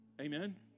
Amen